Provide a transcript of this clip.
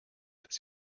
dass